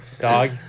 Dog